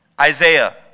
Isaiah